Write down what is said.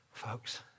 Folks